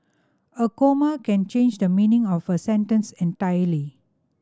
a comma can change the meaning of a sentence entirely